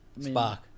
Spark